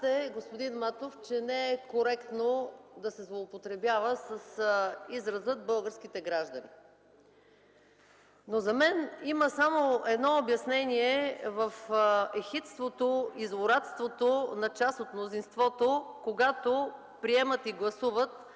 господин Матов, че не е коректно да се злоупотребява с израза „българските граждани”, но за мен има само едно обяснение в ехидството и злорадството на част от мнозинството, когато приемат и гласуват